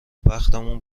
بختمون